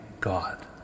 God